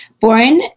Born